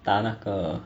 打那个